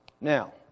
Now